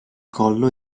collo